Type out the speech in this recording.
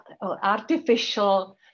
artificial